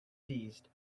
seized